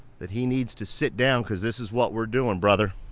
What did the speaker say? that he needs to sit down, cause this is what we're doing, brother.